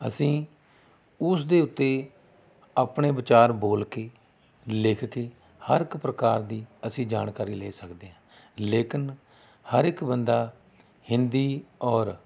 ਅਸੀਂ ਉਸ ਦੇ ਉੱਤੇ ਆਪਣੇ ਵਿਚਾਰ ਬੋਲ ਕੇ ਲਿਖ ਕੇ ਹਰ ਇੱਕ ਪ੍ਰਕਾਰ ਦੀ ਅਸੀਂ ਜਾਣਕਾਰੀ ਲੈ ਸਕਦੇ ਹਾਂ ਲੇਕਿਨ ਹਰ ਇੱਕ ਬੰਦਾ ਹਿੰਦੀ ਔਰ